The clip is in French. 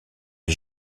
les